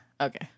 Okay